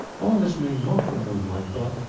all this may nought remove my thought,